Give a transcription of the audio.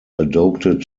adopted